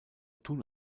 tun